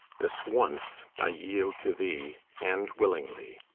this once i yield to thee, and willingly.